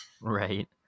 Right